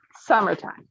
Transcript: summertime